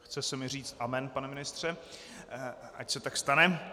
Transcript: Chce se mi říct amen, pane ministře, ať se tak stane.